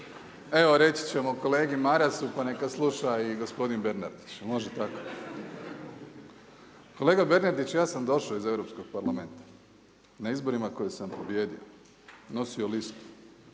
Evo reći ćemo kolegi Marasu pa neka sluša i gospodin Bernardić, je li može tako? Kolega Bernardiću ja sam došao u Europskog parlamenta, na izborima na kojima sam pobijedio, nosio listu.